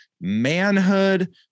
manhood